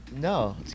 No